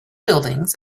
buildings